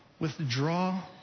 Withdraw